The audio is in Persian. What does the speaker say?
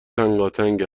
تنگاتنگ